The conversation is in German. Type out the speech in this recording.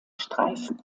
streifen